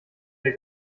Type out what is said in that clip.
der